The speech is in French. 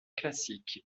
classique